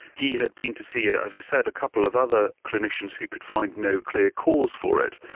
he had been to see, as i said, a couple of other clinicians who could find no clear cause for it,